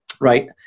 right